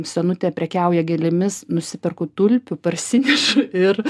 senutė prekiauja gėlėmis nusiperku tulpių parsinešu ir